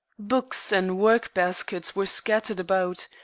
books and work-baskets were scattered about,